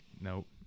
nope